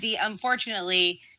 unfortunately